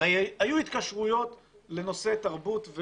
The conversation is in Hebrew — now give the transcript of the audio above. הרי היו התקשרויות לנושא תרבות,